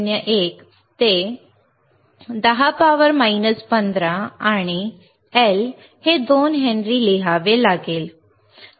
01 ते 10 15 आणि L 2 henry लिहावे लागेल